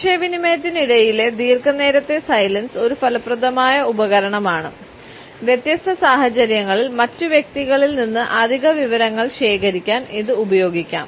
ആശയവിനിമയത്തിനിടയിലെ ദീർഘനേരത്തെ സൈലൻസ് ഒരു ഫലപ്രദമായ ഉപകരണമാണ് വ്യത്യസ്ത സാഹചര്യങ്ങളിൽ മറ്റ് വ്യക്തികളിൽ നിന്ന് അധിക വിവരങ്ങൾ ശേഖരിക്കാൻ ഇത് ഉപയോഗിക്കാം